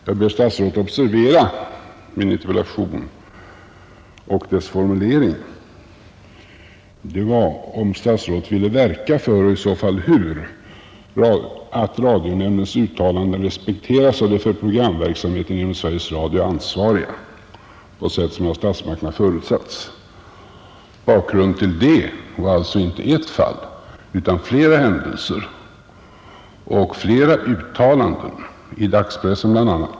Jag ber statsrådet observera min interpellation och dess formulering som lyder: Vill statsrådet verka för — och i så fall hur — att radionämndens uttalanden respekteras av de för programverksamheten inom Sveriges Radio ansvariga på sätt som av statsmakterna förutsatts? Bakgrunden till det var alltså inte ett fall utan flera händelser och flera uttalanden — i dagspressen bl. å.